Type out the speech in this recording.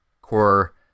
core